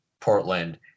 Portland